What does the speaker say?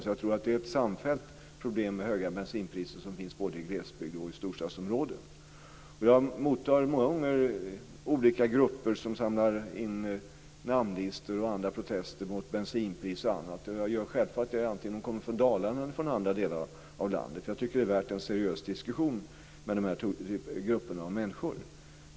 Så jag tror att det är ett samfällt problem med höga bensinpriser i både glesbygd och storstadsområden. Jag mottar många gånger olika grupper som samlar in namnlistor och andra protester mot bensinpris och annat. Det gör jag självfallet vare sig de kommer från Dalarna eller från andra delar av landet. Jag tycker att det är väl värt att ta en seriös diskussion med de här grupperna av människor.